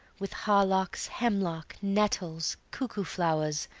with harlocks, hemlock, nettles, cuckoo-flowers,